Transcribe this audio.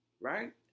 right